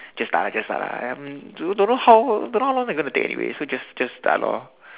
just start lah just start lah um don't don't know how don't know long they are going to take anyway so just just start lor